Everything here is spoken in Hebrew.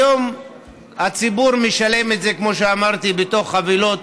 היום הציבור משלם את זה, כמו שאמרתי, בתוך חבילות.